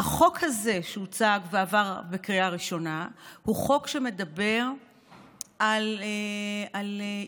החוק הזה שהוצג בעבר בקריאה ראשונה הוא חוק שמדבר על איזון.